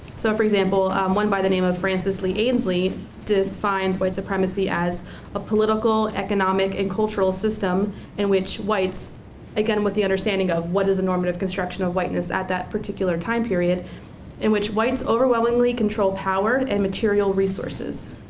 so for example one by the name of frances lee ansley defines white supremacy as a political economic and cultural system in which whites again with the understanding of what is a normative construction of whiteness at that particular time period in which whites overwhelmingly control power and material resources.